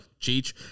Cheech